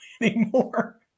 anymore